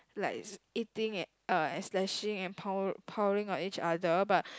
like eating uh and slashing and pile piling on each other but